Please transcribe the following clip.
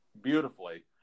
beautifully